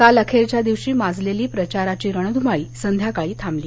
काल अखेरच्या दिवशी माजलेली प्रचाराची रणध्रमाळी संध्याकाळी थांबली